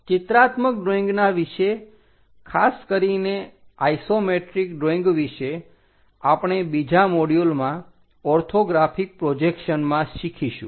ચિત્રાત્મક ડ્રોઈંગના વિશે ખાસ કરીને આઇસોમેટ્રિક ડ્રોઈંગ વિશે આપણે બીજા મોડ્યૂલમાં ઓર્થોગ્રાફિક પ્રોજેક્શનમાં શીખીશું